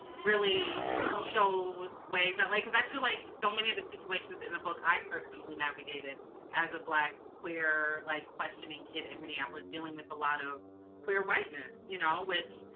really shows ways that like, because i feel like so many of the situations in the book, i personally navigated as a black queer like questioning kid in minneapolis dealing with a lot of queer whiteness, you know, which,